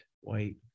white